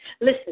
Listen